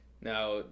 Now